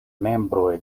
membroj